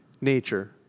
nature